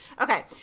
Okay